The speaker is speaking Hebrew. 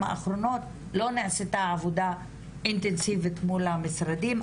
האחרונות לא נעשתה עבודה אינטנסיבית מול המשרדים,